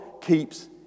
keeps